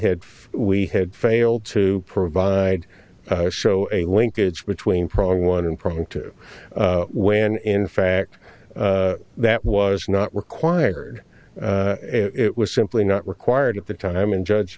had we had failed to provide show a linkage between probably one prong to when in fact that was not required it was simply not required at the time and judge